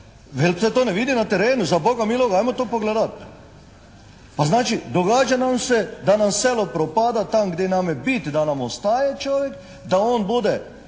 ove male. Vidim na terenu, za Boga miloga ajmo to pogledati. Pa znači događa nam se da nam selo propada tamo gdje nam je bit da nam ostaje čovjek, da on bude